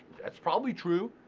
that's probably true.